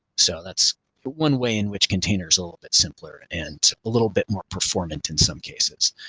so that's one way in which container s a little bit simpler and a little bit more performant in some cases.